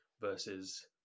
versus